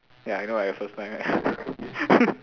ya I know my first time right